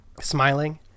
smiling